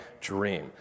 dream